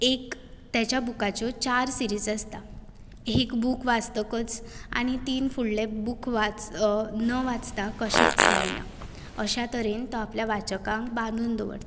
एक ताच्या बुकाच्यो चार सिरीज आसता एक बूक वाचतकच आनी तीन फुडले बूक वाच न वाचता कशेंच जायना अशा तरेन तो आपल्या वाचकांक बांदून दवरता